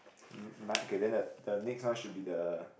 okay then the the next one should be the